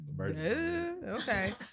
okay